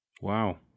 Wow